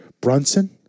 Brunson